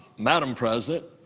madam president,